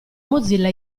mozilla